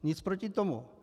Nic proti tomu.